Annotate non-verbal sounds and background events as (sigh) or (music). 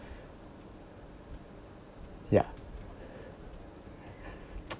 yeah (noise)